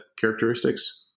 characteristics